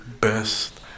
best